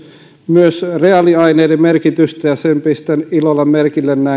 myös reaaliaineiden merkitystä ja sen pistän ilolla merkille